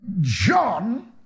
John